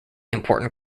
important